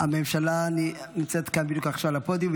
--- הממשלה נמצאת כאן בדיוק עכשיו על הפודיום,